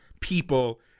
people